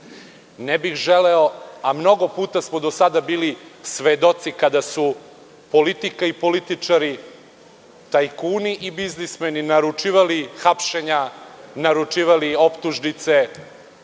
je u toku. Mnogo puta smo do sada bili svedoci kada su politika i političari, tajkuni i biznismeni naručivali hapšenja, naručivali optužnice,